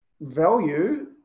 value